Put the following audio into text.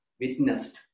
witnessed